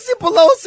Pelosi